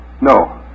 No